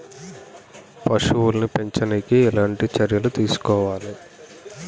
పశువుల్ని పెంచనీకి ఎట్లాంటి చర్యలు తీసుకోవాలే?